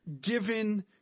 given